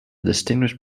distinguished